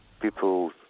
People